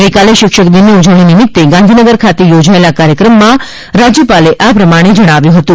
ગઈકાલે શિક્ષકદિનની ઉજવણી નિમિત્તે ગાંધીનગર ખાતે યોજાયેલા કાર્યક્રમમાં બોલતા તેમણે આમ જણાવ્યું હતું